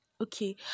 okay